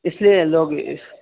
اس لیے لوگ اس